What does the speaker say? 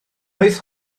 oedd